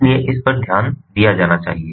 इसलिए इस पर ध्यान दिया जाना चाहिए